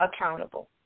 accountable